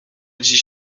dziś